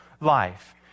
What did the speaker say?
life